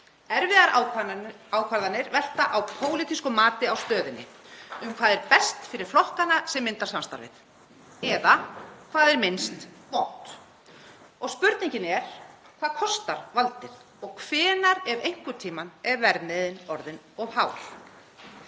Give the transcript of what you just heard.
Erfiðar ákvarðanir velta á pólitísku mati á stöðunni, um hvað er best fyrir flokkana sem mynda samstarfið eða hvað er minnst vont. Spurningin er: Hvað kostar valdið og hvenær, ef einhvern tímann, er verðmiðinn orðinn of hár?